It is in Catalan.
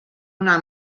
una